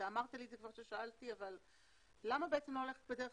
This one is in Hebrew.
אתה אמרת לי כששאלתי אבל למה בעצם לא ללכת בדרך